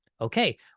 Okay